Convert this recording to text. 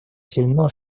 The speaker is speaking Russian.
сильно